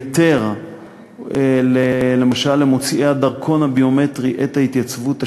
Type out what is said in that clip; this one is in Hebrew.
לייתר למוציאי הדרכון הביומטרי את ההתייצבות השנייה,